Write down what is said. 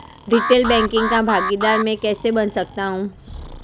Retail banking का भागीदार मैं कैसे बन सकता हूँ?